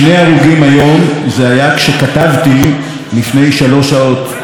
זה היה כשכתבתי לפני שלוש שעות את מה שאני רוצה לומר,